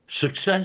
success